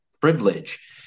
privilege